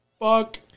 fuck